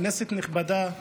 כנסת נכבדה,